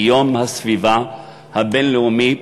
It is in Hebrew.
ביום הסביבה הבין-לאומי,